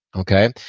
okay,